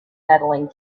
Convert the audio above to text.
medaling